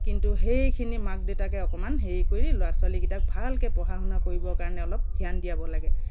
কিন্তু সেইখিনি মাক দেউতাকে অকণমান হেৰি কৰি ল'ৰা ছোৱালীকেইটাক ভালকৈ পঢ়া শুনা কৰিবৰ কাৰণে অলপ ধ্যান দিয়াব লাগে